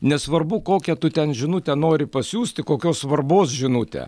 nesvarbu kokią tu ten žinutę nori pasiųsti kokios svarbos žinutę